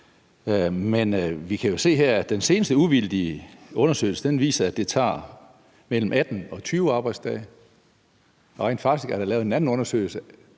Vi kan jo se her, at den seneste uvildige undersøgelse viser, at det tager mellem 18 og 20 arbejdsdage, og rent faktisk er der lavet en anden undersøgelse,